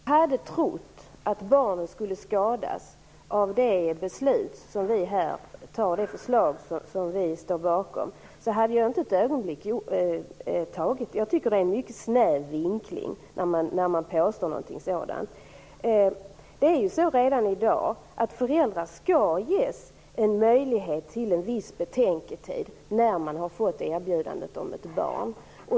Fru talman! Om jag hade trott att barnen skulle skadas av det förslag som vi står bakom, hade jag inte för ett ögonblick anslutit mig till det. Jag tycker att det är en mycket snäv vinkling när man påstår något sådant. Det är ju redan i dag så att föräldrar skall ges en möjlighet till en viss betänketid när de har fått erbjudande om ett barn.